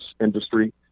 industry